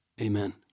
Amen